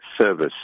service